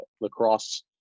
lacrosse